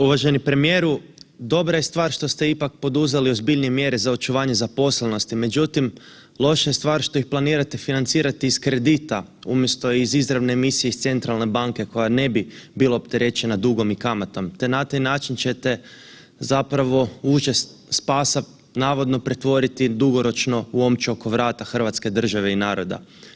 Uvaženi premijeru, dobra je stvar što ste ipak poduzeli ozbiljnije mjere za očuvanje zaposlenosti, međutim, loša je stvar što ih planirate financirati iz kredita umjesto iz izravne emisije iz centralne banke koja ne bi bilo opterećena dugom i kamatom te na taj način ćete zapravo uže spasa navodno pretvoriti dugoročno u omču oko vrata hrvatske države i naroda.